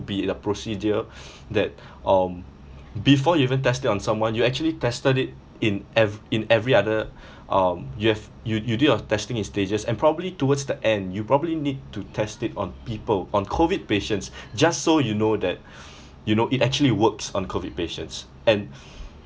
be like a procedure that um before you even test it on someone you actually tested it in ev~ in every other um you have you you did your testing in stages and probably towards the end you probably need to test it on people on COVID patients just so you know that you know it actually works on COVID patients and